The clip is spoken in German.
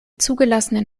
zugelassenen